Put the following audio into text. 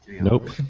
nope